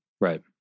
Right